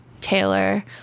Taylor